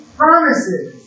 promises